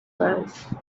was